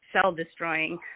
cell-destroying